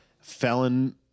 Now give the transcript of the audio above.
felon